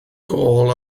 gôl